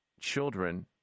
children